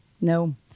No